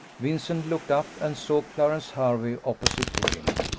vincent looked up, and saw clarence hervey opposite to him.